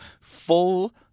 Full